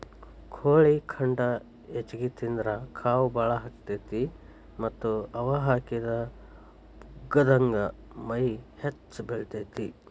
ಕೋಳಿ ಖಂಡ ಹೆಚ್ಚಿಗಿ ತಿಂದ್ರ ಕಾವ್ ಬಾಳ ಆಗತೇತಿ ಮತ್ತ್ ಹವಾ ಹಾಕಿದ ಪುಗ್ಗಾದಂಗ ಮೈ ಹೆಚ್ಚ ಬೆಳಿತೇತಿ